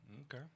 Okay